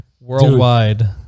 Worldwide